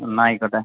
എന്നാൽ ആയിക്കോട്ടെ